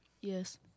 Yes